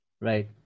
right